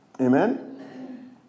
Amen